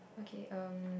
okay um